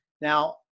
Now